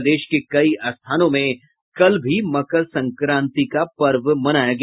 प्रदेश के कई स्थानों में कल भी मकर संक्रांति का पर्व मनाया गया